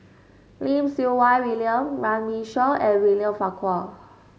Lim Siew Wai William Runme Shaw and William Farquhar